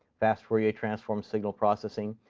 fast fourier transforms, signal processing,